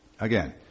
Again